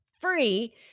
free